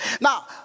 Now